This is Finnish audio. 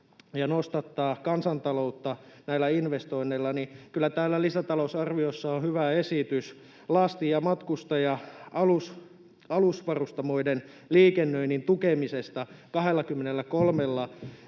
ja nostattaa kansantaloutta näillä investoinneilla, niin kyllä täällä lisätalousarviossa on hyvä esitys lasti- ja matkustaja-alusvarustamoiden liikennöinnin tukemisesta 23